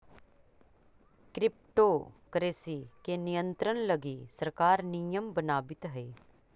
crypto currency के नियंत्रण लगी सरकार नियम बनावित हइ